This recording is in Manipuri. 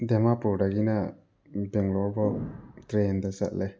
ꯗꯤꯃꯥꯄꯨꯔꯗꯒꯤꯅ ꯕꯦꯡꯒꯂꯣꯔ ꯐꯥꯎ ꯇ꯭ꯔꯦꯟꯗ ꯆꯠꯂꯦ